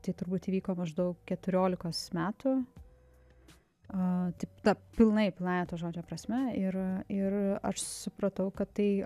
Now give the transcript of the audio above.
tai turbūt įvyko maždaug keturiolikos metųa taip na pilnai pilnąja ta žodžio prasme ir ir aš supratau kad tai